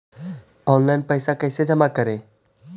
Online पैसा कैसे जमा करे?